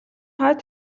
хойд